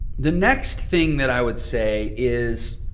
the next thing that i would say is